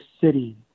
city